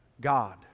God